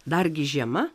dargi žiema